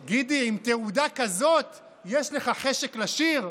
גידי, עם תעודה כזאת עוד יש לך חשק לשיר?